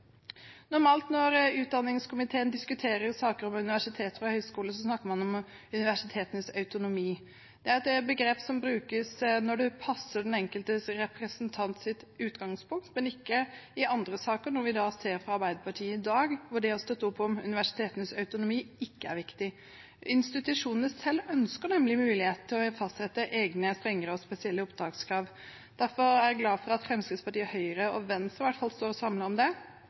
Normalt når utdanningskomiteen diskuterer saker om universiteter og høyskoler, snakker man om universitetenes autonomi. Det er et begrep som brukes når det passer den enkelte representants utgangspunkt, men ikke i andre saker, når vi ser på Arbeiderpartiet i dag, hvor det å støtte opp om universitetenes autonomi ikke er viktig. Institusjonene selv ønsker nemlig mulighet til å fastsette egne, strengere og spesielle opptakskrav. Derfor er jeg glad for at Fremskrittspartiet, Høyre og Venstre i hvert fall står samlet om det, og jeg håper at Arbeiderpartiet med tid og stunder ser at det